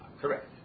correct